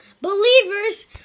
Believers